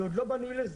זה עוד לא בנוי לזה,